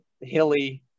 hilly